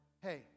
Hey